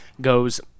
goes